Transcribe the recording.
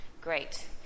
great